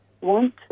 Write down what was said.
want